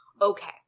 Okay